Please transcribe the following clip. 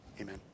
Amen